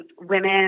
Women